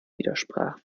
widersprach